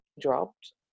dropped